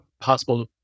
possible